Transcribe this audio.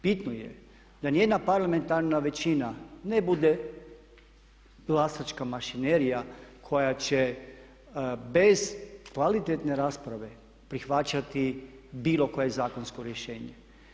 Bitno je da nijedna parlamentarna većina ne bude glasačka mašinerija koja će bez kvalitetne rasprave prihvaćati bilo koje zakonsko rješenje.